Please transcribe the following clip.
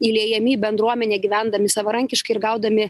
įliejami į bendruomenę gyvendami savarankiškai ir gaudami